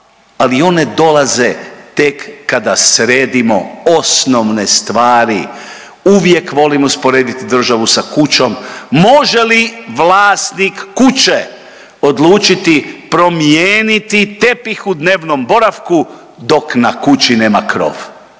ali one dolaze tek kada sredimo osnovne stvari. Uvijek volim usporediti državu sa kućom. Može li vlasnik kuće odlučiti promijeniti tepih u dnevnom boravku dok na kući nema krov.